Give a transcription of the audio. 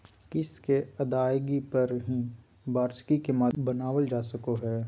किस्त के अदायगी पर ही वार्षिकी के माध्यम बनावल जा सको हय